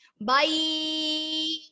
bye